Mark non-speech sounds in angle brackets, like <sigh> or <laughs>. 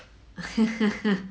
<breath> <laughs>